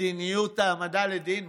מדיניות העמדה לדין?